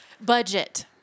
budget